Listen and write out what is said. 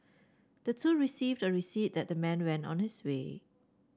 the two received a receipt that the man went on his way